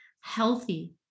healthy